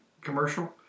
commercial